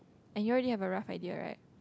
and you already have a rough idea right